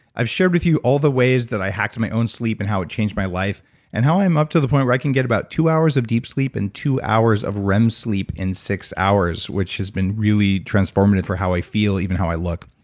i've shared with you all the ways that i hacked my own sleep and how it changed my life and how i'm up to the point where i can get about two hours of deep sleep and two hours of rem sleep in six hours, which has been really transformative for how i feel, even how i look.